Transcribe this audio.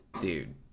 Dude